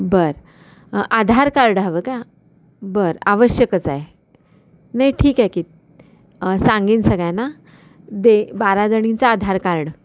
बरं आधार कार्ड हवं का बरं आवश्यकच आहे नाही ठीक आहे की सांगेन सगळ्यांना दे बाराजणींचा आधार कार्ड